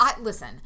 listen